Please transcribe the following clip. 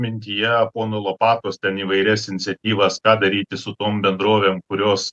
mintyje ponu lopatos ten įvairias iniciatyvas ką daryti su tom bendrovėm kurios